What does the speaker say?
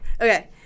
Okay